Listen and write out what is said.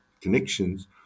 connections